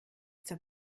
zur